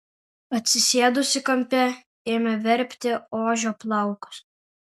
atsisėdusi kampe ėmė verpti ožio plaukus